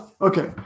Okay